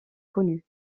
connue